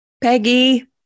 peggy